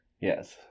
Yes